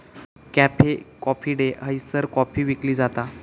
cafe coffee day हयसर coffee विकली जाता